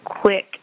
quick